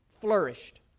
Flourished